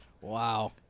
Wow